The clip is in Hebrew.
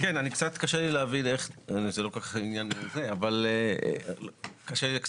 אבל זה ברור שגם אם לא ייאמרו במפורש,